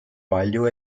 palju